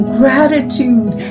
gratitude